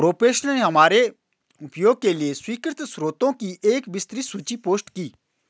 professor ने हमारे उपयोग के लिए स्वीकृत स्रोतों की एक विस्तृत सूची पोस्ट की